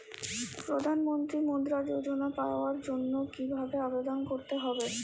প্রধান মন্ত্রী মুদ্রা যোজনা পাওয়ার জন্য কিভাবে আবেদন করতে হবে?